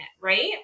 Right